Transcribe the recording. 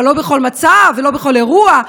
אבל לא בכל מצב ולא בכל אירוע,